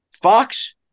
Fox